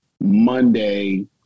Monday